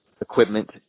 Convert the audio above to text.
equipment